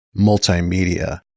multimedia